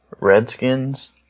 Redskins